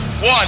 one